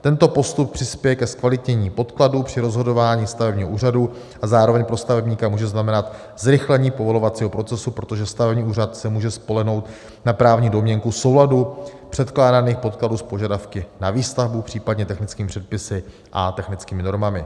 Tento postup přispěje ke zkvalitnění podkladů při rozhodování stavebního úřadu a zároveň pro stavebníka může znamenat zrychlení povolovacího procesu, protože stavební úřad se může spolehnout na právní domněnku v souladu předkládaných podkladů s požadavky na výstavbu, případně technickými předpisy a technickými normami.